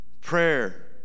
prayer